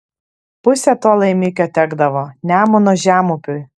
pusė to laimikio tekdavo nemuno žemupiui